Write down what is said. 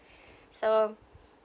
so